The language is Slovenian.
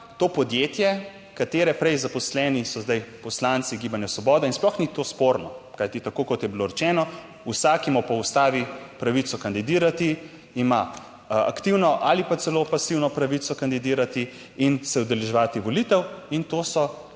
to podjetje, katere prej zaposleni so zdaj poslanci Gibanja Svoboda in sploh ni to sporno, kajti tako kot je bilo rečeno, vsak ima po ustavi pravico kandidirati, ima aktivno ali pa celo pasivno pravico kandidirati in se udeleževati volitev in to so